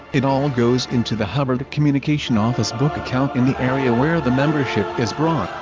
it all goes into the hubbard communication office book account in the area where the membership is brought,